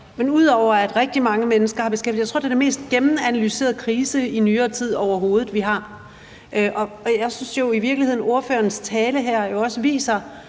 til kort. Rigtig mange mennesker har beskæftiget sig med det. Jeg tror, det er den mest gennemanalyserede krise overhovedet i nyere tid, vi her har med at gøre, og jeg synes jo i virkeligheden, at ordførerens tale her også viser,